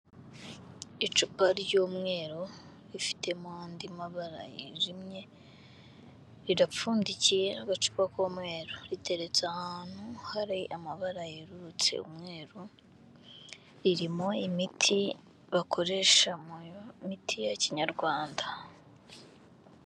Icupa ry'umweru rifitemo andi mabara yijimye, rirapfundikiye agacupa k'umweru, riteretse ahantu hari amabara yerurutse, umweru ririmo imiti bakoresha mu miti ya kinyarwanda.